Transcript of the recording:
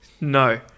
No